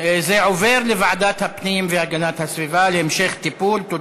לדיון מוקדם בוועדת הפנים והגנת הסביבה נתקבלה.